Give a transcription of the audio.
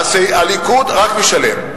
הליכוד, רק משלם.